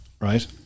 right